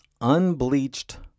unbleached